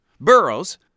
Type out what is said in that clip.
Burrows